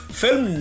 film